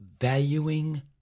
valuing